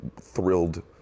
thrilled